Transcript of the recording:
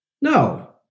No